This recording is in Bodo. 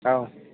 औ